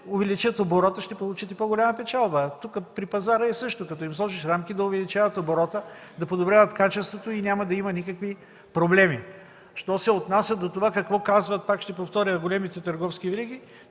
увеличат оборота, ще получат и по-голяма печалба. При пазара е същото. Като им сложиш рамки, да увеличават оборота, да подобряват качеството и няма да има никакви проблеми. Пак ще повторя, що се отнася до това какво казват големите търговски вериги.